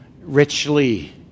richly